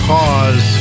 Pause